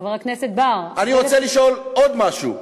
חבר הכנסת בר, אני רוצה לשאול עוד משהו: